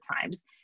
times